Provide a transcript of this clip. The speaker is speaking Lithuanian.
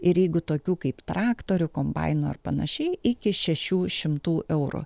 ir jeigu tokių kaip traktorių kombainų ar panašiai iki šešių šimtų eurų